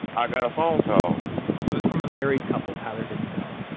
i got a phone call it was from a married couple tyler didn't know.